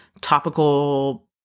topical